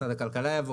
משרד הכלכלה יבוא,